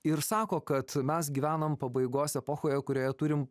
ir sako kad mes gyvenam pabaigos epochoje kurioje turim